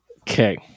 okay